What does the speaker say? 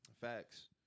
Facts